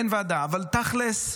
אין ועדה, אבל תכלס,